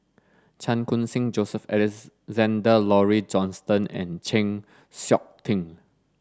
Chan Khun Sing Joseph Alexander Laurie Johnston and Chng Seok Tin